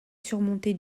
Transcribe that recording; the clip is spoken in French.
surmonté